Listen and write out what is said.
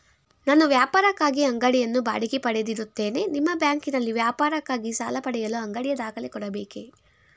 ನಾನು ವ್ಯಾಪಾರಕ್ಕಾಗಿ ಅಂಗಡಿಯನ್ನು ಬಾಡಿಗೆ ಪಡೆದಿರುತ್ತೇನೆ ನಿಮ್ಮ ಬ್ಯಾಂಕಿನಲ್ಲಿ ವ್ಯಾಪಾರಕ್ಕಾಗಿ ಸಾಲ ಪಡೆಯಲು ಅಂಗಡಿಯ ದಾಖಲೆ ಕೊಡಬೇಕೇ?